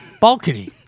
Balcony